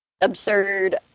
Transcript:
absurd